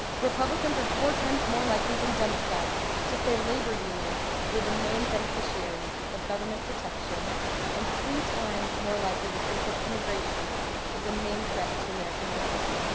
republicans are four times more likely than democrats to say labor unions were the main beneficiaries of government protection and three times more likely to think that immigration is a main threat to american jobs.